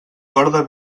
corda